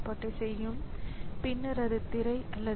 அவைகள் நினைவகத்துடன் பேச வேண்டிய தேவை உள்ளது